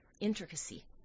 intricacy